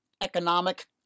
economic